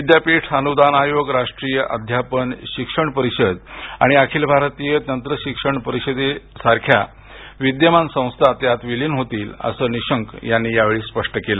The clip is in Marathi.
विद्यापीठ अनुदान आयोग राष्ट्रीय अध्यापन शिक्षण परिषद आणि अखिल भारतीय तंत्रशिक्षण परिषदेसारख्या विद्यमान संस्था त्यात विलिन होतील असं निशंक यांनी यावेळी स्पष्ट केलं